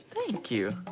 thank you.